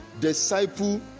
disciple